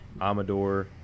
Amador